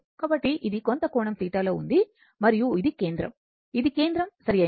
కాబట్టి ఇది కొంత కోణం θ లో ఉంది మరియు ఇది కేంద్రం ఇది కేంద్రం సరియైనది